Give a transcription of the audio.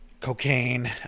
cocaine